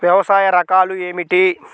వ్యవసాయ రకాలు ఏమిటి?